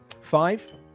Five